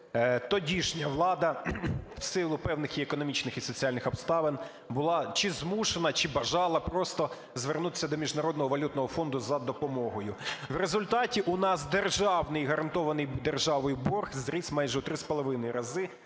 тодішня влада в силу певних економічних і соціальних обставин була чи змушена, чи бажала просто звернутися до Міжнародного валютного фонду за допомогою. В результаті у нас гарантований державою борг зріс майже в 3,5 рази: